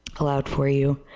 aloud for you.